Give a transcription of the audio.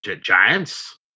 Giants